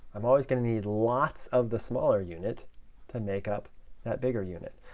i'm always going to need lots of the smaller unit to make up that bigger unit.